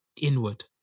Inward